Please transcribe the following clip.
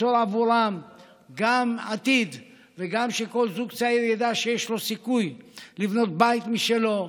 ליצור בעבורם עתיד וגם שכל זוג צעיר ידע שיש לו סיכוי לבנות בית משלו,